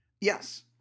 Yes